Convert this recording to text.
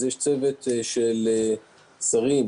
יש צוות של שרים,